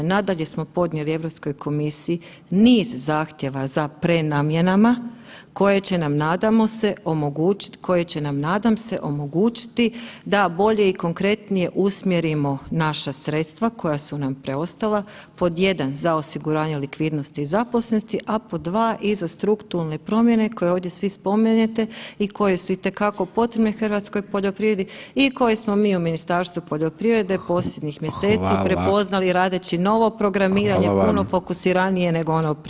Nadalje smo podnijeli Europskoj komisiji niz zahtjeva za prenamjenama koje će nam, nadamo se, omogućit, koje će nam nadam se omogućiti da bolje i konkretnije usmjerimo naša sredstva koja su nam preostala, pod jedan za osiguranje likvidnosti i zaposlenosti, a pod dva i za strukturne promjene koje ovdje svi spominjete i koje su itekako potrebne hrvatskoj poljoprivredi i koje smo mi i u Ministarstvu poljoprivrede [[Upadica: Hvala]] posljednjih mjeseci prepoznali radeći novo programiranje [[Upadica: Hvala vam]] puno fokusiranije nego ono prethodno.